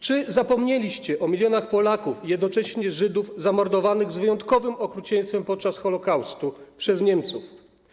Czy zapomnieliście o milionach Polaków i jednocześnie Żydów zamordowanych z wyjątkowym okrucieństwem podczas Holokaustu przez Niemców?